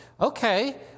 okay